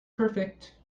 perfect